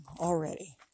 already